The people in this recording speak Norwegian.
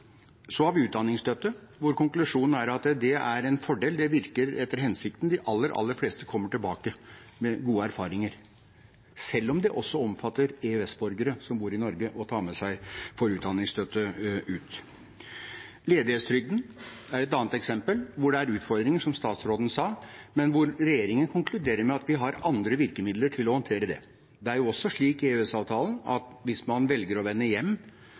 Så har vi utdanningsstøtte, hvor konklusjonen er at det er en fordel, det virker etter hensikten. De aller, aller fleste kommer tilbake med gode erfaringer, selv om det også omfatter EØS-borgere som bor i Norge og får med seg utdanningsstøtte ut. Ledighetstrygden er et annet eksempel hvor det er utfordringer, som statsråden sa, men hvor regjeringen konkluderer med at vi har andre virkemidler til å håndtere det. Det er jo også slik i EØS-avtalen at hvis man velger å vende hjem